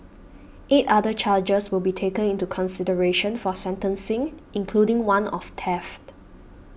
eight other charges will be taken into consideration for sentencing including one of theft